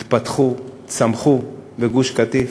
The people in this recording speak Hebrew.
התפתחו, צמחו בגוש-קטיף,